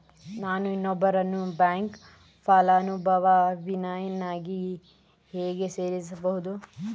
ನಾನು ಇನ್ನೊಬ್ಬರನ್ನು ಬ್ಯಾಂಕ್ ಫಲಾನುಭವಿಯನ್ನಾಗಿ ಹೇಗೆ ಸೇರಿಸಬಹುದು?